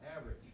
average